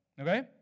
Okay